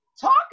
Talk